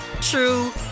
true